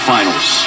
Finals